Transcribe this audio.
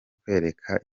kwereka